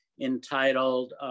entitled